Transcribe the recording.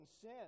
sin